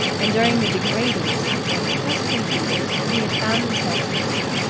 and during the degrading recital just concluded he had found himself slipping.